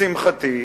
לשמחתי,